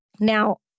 Now